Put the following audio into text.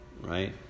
right